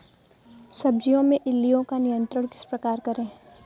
सब्जियों में इल्लियो का नियंत्रण किस प्रकार करें?